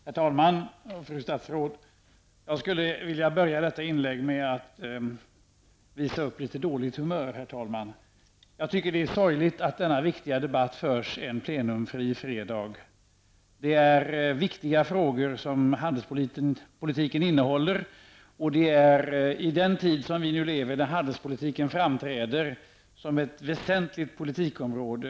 Herr talman! Fru statsråd! Jag skulle vilja börja detta inlägg med att visa upp litet dåligt humör. Det är sorgligt att denna viktiga debatt förs en plenumfri fredag. Handelspolitiken innehåller viktiga frågor. I den tid vi nu lever framträder handelspolitiken som ett väsentligt politikområde.